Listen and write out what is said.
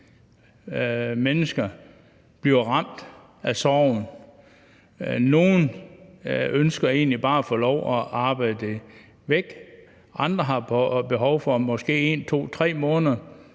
mennesker bliver ramt af sorgen. Nogle ønsker egentlig bare at få lov at arbejde det væk, andre har behov for måske 1, 2, 3 måneder